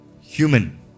Human